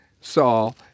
Saul